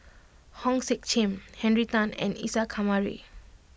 Hong Sek Chern Henry Tan and Isa Kamari